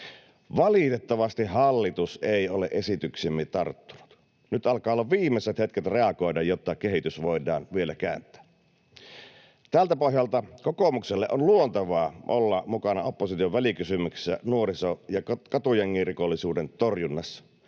Valitettavasti hallitus ei ole esityksiimme tarttunut. Nyt alkavat olla viimeiset hetket reagoida, jotta kehitys voidaan vielä kääntää. Tältä pohjalta kokoomukselle on luontevaa olla mukana opposition välikysymyksessä nuoriso- ja katujengirikollisuuden torjunnasta.